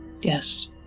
Yes